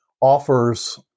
offers